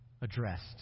addressed